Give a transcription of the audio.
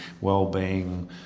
well-being